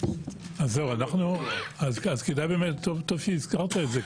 אז טוב שהזכרת את זה,